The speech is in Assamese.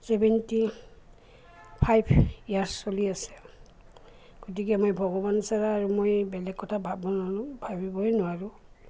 চেভেণ্টি ফাইভ ইয়াৰ্ছ চলি আছে গতিকে মই ভগৱান চাৰা আৰু মই বেলেগ কথা ভাব নোৱাৰোঁ ভাবিবই নোৱাৰোঁ